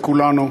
את כולנו,